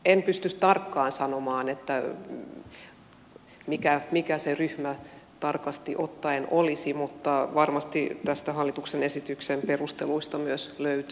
en pysty tarkkaan sanomaan mikä se ryhmä tarkasti ottaen olisi mutta varmasti hallituksen esityksen perusteluista myös löytyy